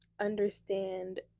understand